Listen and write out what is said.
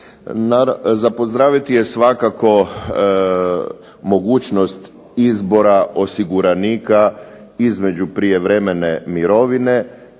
Za pozdraviti je svakako mogućnost izbora osiguranika između prijevremene mirovine